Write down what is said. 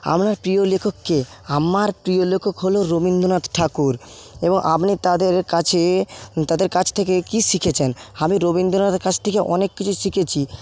আপনার প্রিয় লেখক কে আমার প্রিয় লেখক হল রবিন্দ্রনাথ ঠাকুর এবং আপনি তাদের কাছে তাদের কাছ থেকে কি শিখেছেন আমি রবিন্দ্রনাথের কাছ থেকে অনেক কিছু শিখেছি